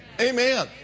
Amen